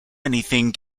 anything